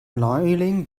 neuling